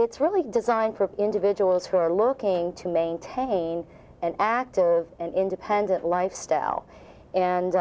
it's really designed for individuals who are looking to maintain an act of independent lifestyle and